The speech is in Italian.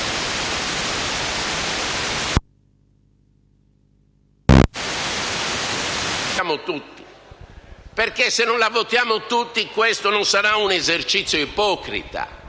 perché, se non la voteremo tutti, questo non sarà un esercizio ipocrita,